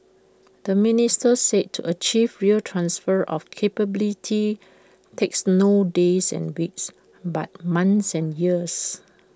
the minister said to achieve real transfer of capability takes not days and weeks but months and years